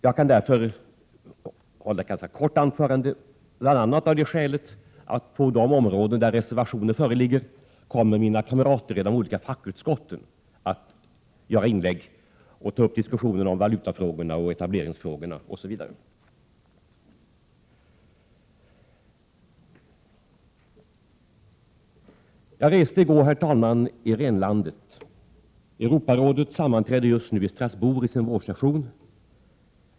Jag kan hålla ett ganska kort anförande, bl.a. av det skälet att på de områden där reservationer föreligger kommer mina kolleger i de olika fackutskotten att göra inlägg och ta upp diskussionen om valutafrågorna, etableringsfrågorna osv. Herr talman! I går reste jag i Rhenlandet. Europarådets vårsession pågår just nu i Strasbourg.